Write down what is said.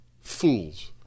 fools